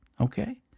Okay